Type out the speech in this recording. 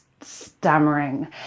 stammering